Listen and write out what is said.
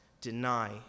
deny